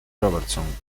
robertson